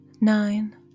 nine